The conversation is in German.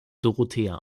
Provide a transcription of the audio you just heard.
dorothea